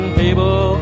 people